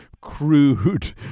crude